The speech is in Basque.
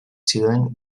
zioen